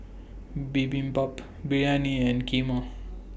Bibimbap Biryani and Kheema